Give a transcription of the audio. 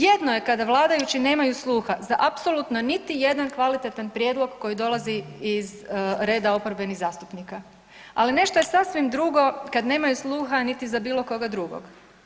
Jedno je kada vladajući nemaju sluha za apsolutno niti jedan kvalitetan prijedlog koji dolazi iz reda oporbenih zastupnika, ali nešto je sasvim drugo kad nemaju sluha niti za bilo koga drugog.